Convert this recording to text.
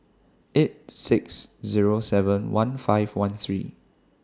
eight six Zero seven one five one three